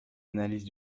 analyse